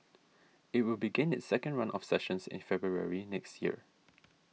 it will begin its second run of sessions in February next year